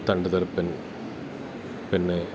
തണ്ടുതുരപ്പൻ പിന്നെ